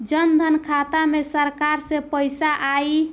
जनधन खाता मे सरकार से पैसा आई?